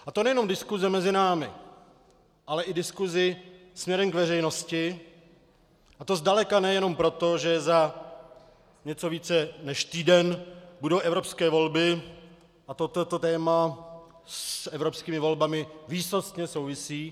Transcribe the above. A to nejenom diskuse mezi námi, ale i diskusi směrem k veřejnosti, a to zdaleka ne jenom proto, že za něco více než týden budou evropské volby a toto téma s evropskými volbami výsostně souvisí.